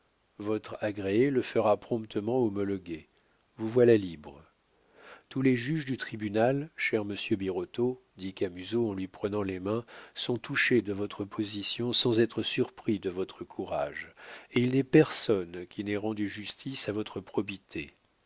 votre agréé le fera promptement homologuer vous voilà libre tous les juges du tribunal cher monsieur birotteau dit camusot en lui prenant les mains sont touchés de votre position sans être surpris de votre courage et il n'est personne qui n'ait rendu justice à votre probité